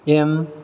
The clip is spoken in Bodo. एम